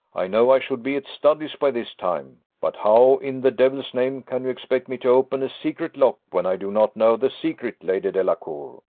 i know i should be at studley's by this time but how in the devil's name can you expect me to open a secret lock when i do not know the secret, lady delacour?